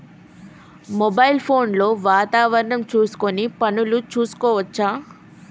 Mobile phone లో వాతావరణం చూసుకొని పనులు చేసుకోవచ్చా?